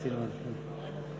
השר